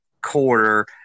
quarter